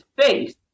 face